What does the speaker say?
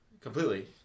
completely